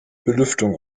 belüftung